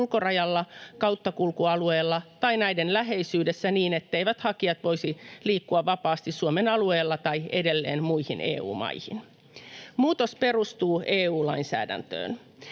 ulkorajalla, kauttakulkualueella tai näiden läheisyydessä niin, etteivät hakijat voisi liikkua vapaasti Suomen alueella tai edelleen muihin EU-maihin. Muutos perustuu EU-lainsäädäntöön.